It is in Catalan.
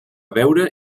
veure